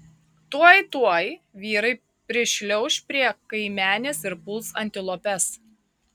tuoj tuoj vyrai prišliauš prie kaimenės ir puls antilopes